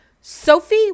Sophie